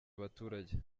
abaturage